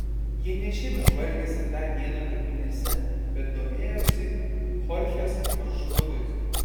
jie ne šiaip žvalgėsi tą dieną kapinėse bet domėjosi chorchės maršrutais